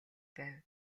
байв